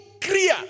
clear